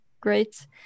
great